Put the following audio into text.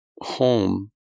home